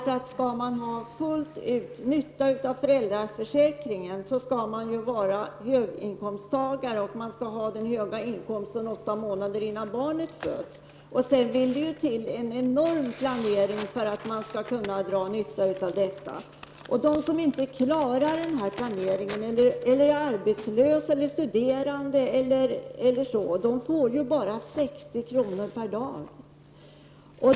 Om människor fullt ut skall ha nytta av föräldraförsäkringen skall de vara höginkomsttagare, och de skall dessutom ha haft den höga inkomsten under åtta månader innan barnet föds. Det vill till en enorm planering för att människor skall kunna dra nytta av detta. Och de som inte klarar denna planering och de som är arbetslösa, studerande, osv. får ju bara 60 kr. per dag.